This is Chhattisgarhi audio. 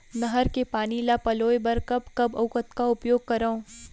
नहर के पानी ल पलोय बर कब कब अऊ कतका उपयोग करंव?